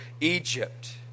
Egypt